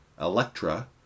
Electra